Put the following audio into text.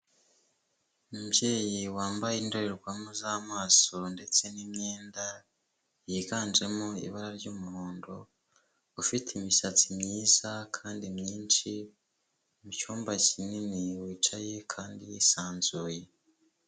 Umubyeyi wambaye indorerwamo z'amaso ndetse n'imyenda yiganjemo ibara ry'umuhondo, ufite imisatsi myiza kandi myinshi, mu cyumba kinini wicaye kandi wisanzuye.